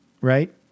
right